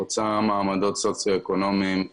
חוצה מעמדות סוציו-אקונומיים,